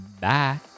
Bye